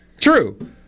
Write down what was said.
True